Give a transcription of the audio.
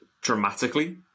dramatically